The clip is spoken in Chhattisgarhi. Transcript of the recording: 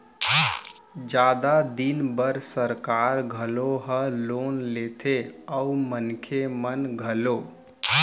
जादा दिन बर सरकार घलौ ह लोन लेथे अउ मनखे मन घलौ